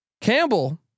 Campbell